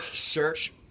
search